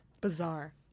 Bizarre